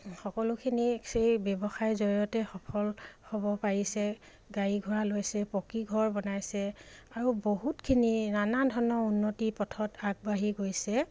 সকলোখিনি সেই ব্যৱসায়ৰ জৰিয়তে সফল হ'ব পাৰিছে গাড়ী ঘোৰা লৈছে পকীঘৰ বনাইছে আৰু বহুতখিনি নানা ধৰণৰ উন্নতি পথত আগবাঢ়ি গৈছে